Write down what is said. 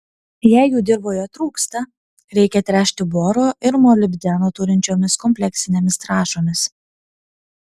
jei jų dirvoje trūksta reikia tręšti boro ir molibdeno turinčiomis kompleksinėmis trąšomis